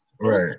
right